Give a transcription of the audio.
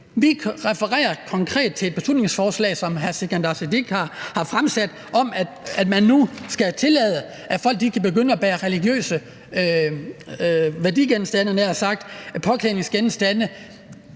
Vi forholder os konkret til et beslutningsforslag, som hr. Sikandar Siddique m.fl. har fremsat, om, at man nu skal tillade, at folk kan begynde at bære religiøse beklædningsgenstande